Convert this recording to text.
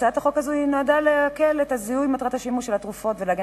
הצעת החוק נועדה להקל את זיהוי מטרת השימוש של התרופות ולהגן